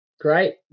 Great